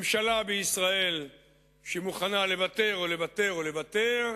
ממשלה בישראל שמוכנה לוותר ולוותר ולוותר,